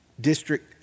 district